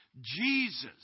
Jesus